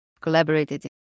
collaborated